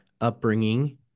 upbringing